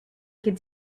could